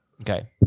Okay